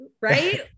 right